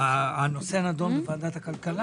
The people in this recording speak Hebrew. הנושא נדון בוועדת הכלכלה.